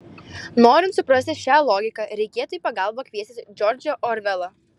norint suprasti šią logiką reikėtų į pagalbą kviestis džordžą orvelą